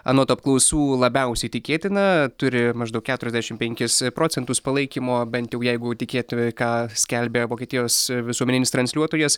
anot apklausų labiausiai tikėtina turi maždaug keturiasdešimt penkis procentus palaikymo bent jau jeigu tikėti ką skelbia vokietijos visuomeninis transliuotojas